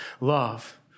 love